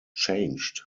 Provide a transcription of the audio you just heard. changed